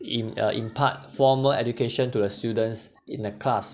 in uh in part formal education to the students in the class